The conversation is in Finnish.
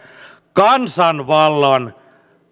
kansanvallan